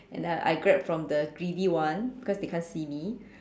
and then I grab from the greedy one because they can't see me